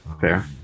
fair